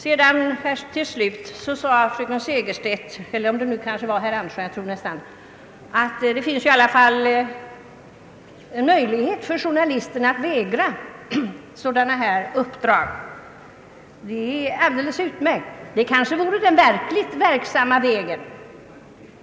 Slutligen sades, att det i alla fall finns en möjlighet för journalisterna att vägra att fullgöra sådana uppdrag. Det är alldeles utmärkt. Det kanske vore den verkligt effektiva vägen.